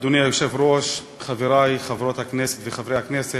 אדוני היושב-ראש, חברי חברות הכנסת וחברי הכנסת,